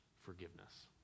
forgiveness